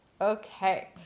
Okay